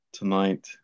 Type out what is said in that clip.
tonight